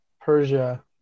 Persia